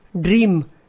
Dream